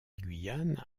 guyane